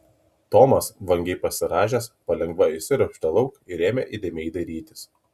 tomas vangiai pasirąžęs palengva išsiropštė lauk ir ėmė įdėmiai dairytis